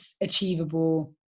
achievable